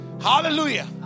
Hallelujah